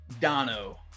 Dono